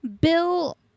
Bill